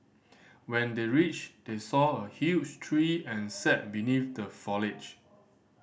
when they reached they saw a huge tree and sat beneath the foliage